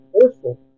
forceful